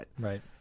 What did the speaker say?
Right